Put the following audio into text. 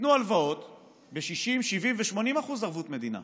ניתנו הלוואות ב-60%, 70% ו-80% ערבות מדינה.